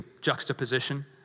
juxtaposition